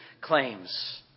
claims